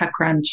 TechCrunch